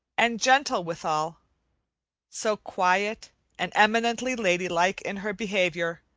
and gentle withal so quiet and eminently ladylike in her behavior,